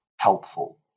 helpful